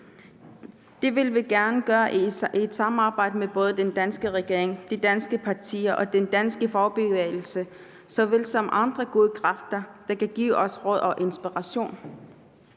Det vil vi gerne gøre i et samarbejde med både den danske regering, de danske partier og den danske fagbevægelse såvel som med andre gode kræfter, der kan give os råd og inspiration.